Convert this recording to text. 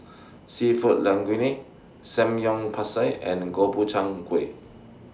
Seafood Linguine Samgyeopsal and Gobchang Gui